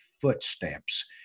Footsteps